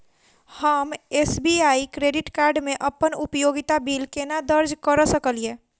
हम SBI credit card मे अप्पन उपयोगिता बिल केना दर्ज करऽ सकलिये?